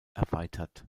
erweitert